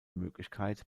möglichkeit